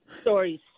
Stories